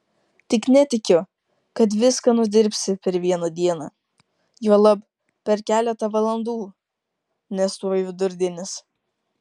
tik netikiu kad viską nudirbsi per vieną dieną juolab per keletą valandų nes tuoj vidurdienis